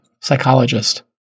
psychologist